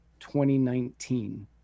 2019